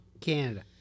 Canada